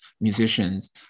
musicians